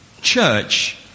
church